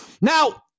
Now